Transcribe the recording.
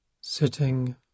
sitting